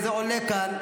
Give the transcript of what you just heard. וזה עולה כאן.